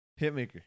Hitmaker